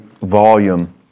volume